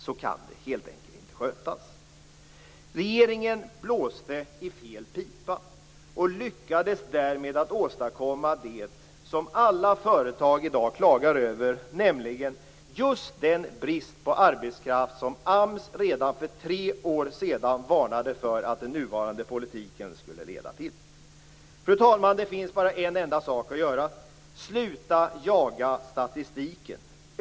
Så kan det helt enkelt inte skötas. Regeringen blåste i fel pipa och lyckades därmed åstadkomma det som alla företag i dag klagar över, nämligen just den brist på arbetskraft som AMS redan för tre år sedan varnade för att den nuvarande politiken skulle leda till. Fru talman! Det finns bara en enda sak att göra. Sluta jaga statistiken!